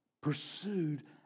pursued